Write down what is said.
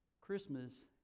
Christmas